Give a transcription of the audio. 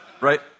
Right